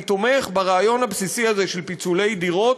אני תומך ברעיון הבסיסי הזה של פיצול דירות,